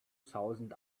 thousand